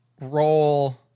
roll